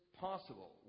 possible